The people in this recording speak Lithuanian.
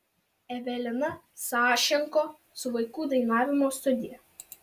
evelina sašenko su vaikų dainavimo studija